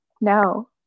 No